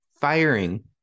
firing